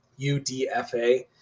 UDFA